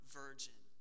virgin